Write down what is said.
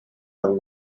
have